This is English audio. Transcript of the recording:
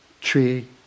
tree